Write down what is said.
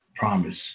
promise